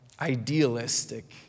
idealistic